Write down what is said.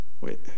wait